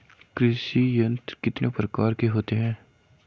कृषि यंत्र कितने प्रकार के होते हैं?